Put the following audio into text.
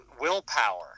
willpower